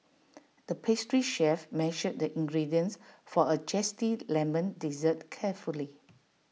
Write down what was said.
the pastry chef measured the ingredients for A Zesty Lemon Dessert carefully